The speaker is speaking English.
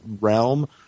realm